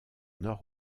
nord